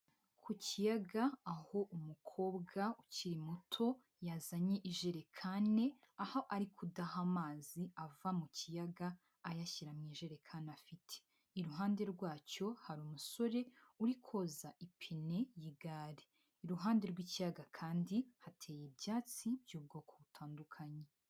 Ku kiyaga aho umukobwa ukiri muto yazanye ijerekani, aho ari kudaha amazi ava mu kiyaga ayashyira mu ijerekani afite. Iruhande rwacyo hari umusore uri koza ipine y'igare. Iruhande rw'ikiyaga kandi hateye ibyatsi by'ubwoko butandukanye.